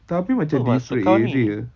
tapi macam different area